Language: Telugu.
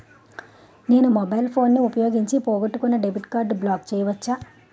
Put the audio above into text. నేను మొబైల్ ఫోన్ ఉపయోగించి పోగొట్టుకున్న డెబిట్ కార్డ్ని బ్లాక్ చేయవచ్చా?